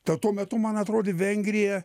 tad tuo metu man atrodė vengrija